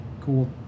Cool